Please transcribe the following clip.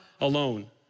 alone